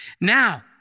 Now